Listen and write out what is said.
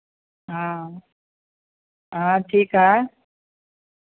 हाँ हाँ ठीक है